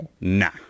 Nah